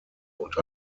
und